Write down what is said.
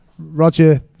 Roger